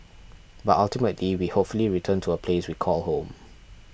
but ultimately we hopefully return to a place we call home